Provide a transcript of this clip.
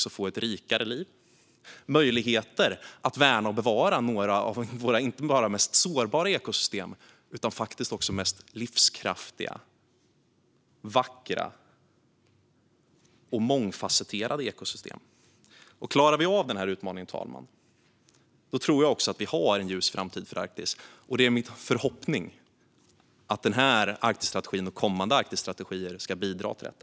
Det handlar också om möjligheter att värna och bevara några av våra mest sårbara men samtidigt mest livskraftiga, vackra och mångfasetterade ekosystem. Klarar vi av denna utmaning, fru talman, tror jag att vi har en ljus framtid för Arktis. Det är min förhoppning att den här Arktisstrategin och kommande Arktisstrategier ska bidra till detta.